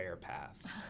path